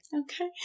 okay